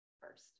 first